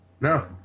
No